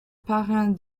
parrain